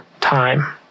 time